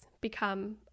become